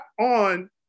on